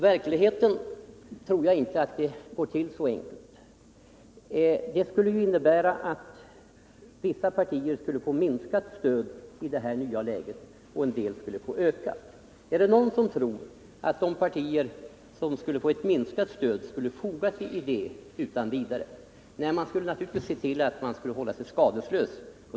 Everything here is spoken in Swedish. Jag tror inte att det blir så enkelt i verkligheten. Vissa partier skulle få en minskning av sitt stöd i det nya läget, och en del skulle få en ökning. Är det någon som tror att de partier som skulle få ett minskat stöd skulle foga sig i det utan vidare? Nej, de skulle se till att de hölls skadeslösa.